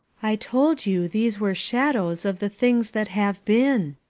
i told you these were shadows of the things that have been,